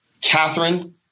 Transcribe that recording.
Catherine